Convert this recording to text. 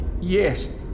Yes